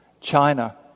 China